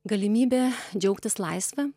galimybė džiaugtis laisve